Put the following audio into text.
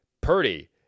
Purdy